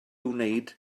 wneud